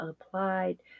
applied